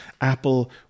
Apple